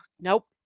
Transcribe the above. Nope